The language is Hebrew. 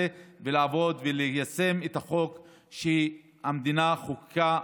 ולעבוד וליישם את החוק שהמדינה חוקקה.